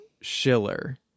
schiller